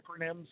acronyms